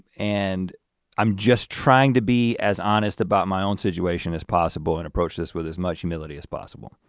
and i'm just trying to be as honest about my own situation as possible and approach this with as much humility as possible.